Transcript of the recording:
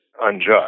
unjust